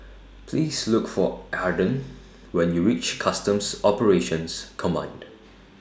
Please Look For Arden when YOU REACH Customs Operations Command